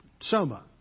Soma